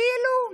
כאילו,